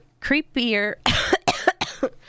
creepier